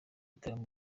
igitaramo